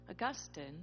Augustine